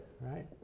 right